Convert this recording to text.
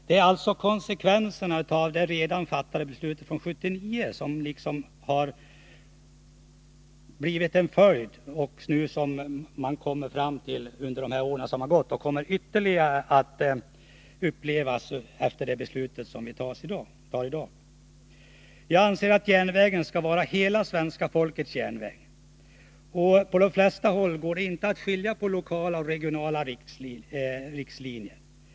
Det här är alltså konsekvenserna av det beslut som fattades redan 1979. Och detta kommer att upplevas ännu starkare efter det beslut som vi tar i dag. Jag anser att järnvägen skall vara hela svenska folkets järnväg. På de flesta håll går det inte att skilja på lokala linjer, regionala linjer och rikslinjer.